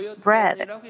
bread